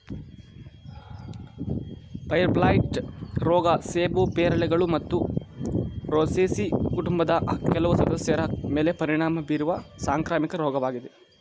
fire blight ರೋಗ ಸೇಬು ಪೇರಳೆಗಳು ಮತ್ತು ರೋಸೇಸಿ ಕುಟುಂಬದ ಕೆಲವು ಸದಸ್ಯರ ಮೇಲೆ ಪರಿಣಾಮ ಬೀರುವ ಸಾಂಕ್ರಾಮಿಕ ರೋಗವಾಗಿದೆ